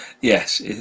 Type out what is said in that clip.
Yes